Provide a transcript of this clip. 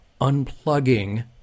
unplugging